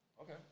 Okay